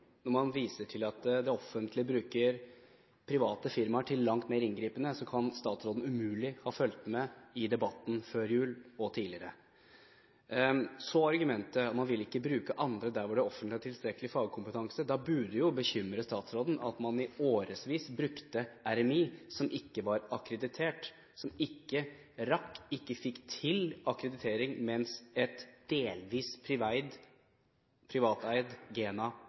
viser til at det offentlige bruker private firmaer langt mer inngripende, kan statsråden umulig ha fulgt med i debatten før jul og i tidligere debatter. Så til argumentet om at man ikke vil bruke andre der det offentlige har tilstrekkelig fagkompetanse. Da burde det jo bekymre statsråden at man i årevis brukte RMI, som ikke var akkreditert, som ikke rakk å få til en akkreditering, mens det delvis privateide GENA hadde det. Til overmål brukes lederen av GENA